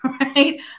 right